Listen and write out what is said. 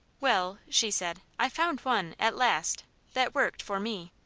well, she said, i found one at last that worked, for me.